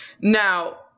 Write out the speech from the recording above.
now